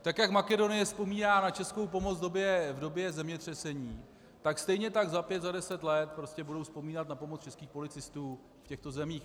Tak jak Makedonie vzpomíná na českou pomoc v době zemětřesení, tak stejně tak za pět za deset let prostě budou vzpomínat na pomoc českých policistů v těchto zemích.